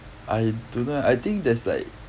I don't know eh I think there's like